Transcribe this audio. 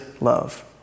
Love